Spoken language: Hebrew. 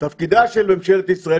תפקידה של ממשלת ישראל,